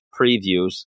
previews